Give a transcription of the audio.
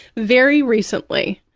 very recently,